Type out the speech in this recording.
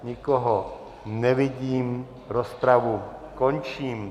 Nikoho nevidím, rozpravu končím.